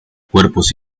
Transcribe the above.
cuerpos